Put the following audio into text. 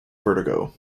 vertigo